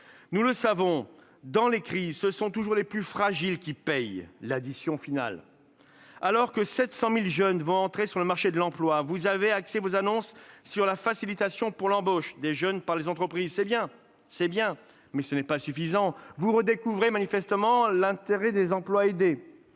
Nous le savons, dans les crises, ce sont toujours les plus fragiles qui paient l'addition finale. Alors que 700 000 jeunes vont entrer sur le marché de l'emploi, vous avez axé vos annonces sur la facilitation de l'embauche des jeunes par les entreprises. C'est bien, mais ce n'est pas suffisant. Vous redécouvrez manifestement l'intérêt des emplois aidés.